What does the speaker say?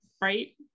right